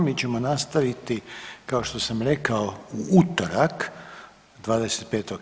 Mi ćemo nastaviti kao što sam rekao u utorak 25.